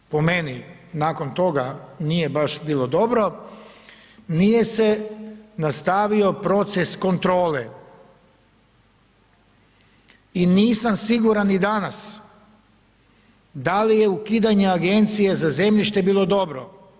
Ono što po meni nakon toga nije baš bilo dobro, nije se nastavio proces kontrole i nisam siguran ni danas da li je ukidanje Agencije za zemljište bilo dobro.